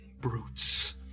brutes